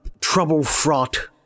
trouble-fraught